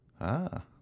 Ah